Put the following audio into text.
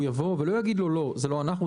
ולא יגידו לו: זה לא אנחנו,